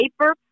paper